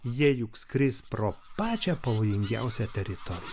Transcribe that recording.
jie juk skris pro pačią pavojingiausią teritoriją